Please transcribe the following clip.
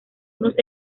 unos